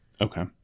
Okay